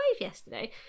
yesterday